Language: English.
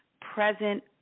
present